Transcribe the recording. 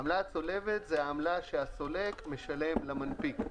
עמלה צולבת היא העמלה שהסולק משלם למנפיק.